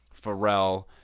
Pharrell